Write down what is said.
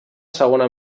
segona